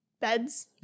beds